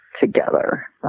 together